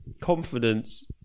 confidence